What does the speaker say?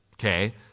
okay